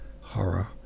horror